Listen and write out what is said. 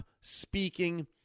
speaking